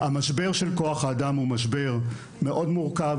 המשבר של כוח האדם הוא משבר מאוד מורכב,